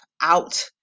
out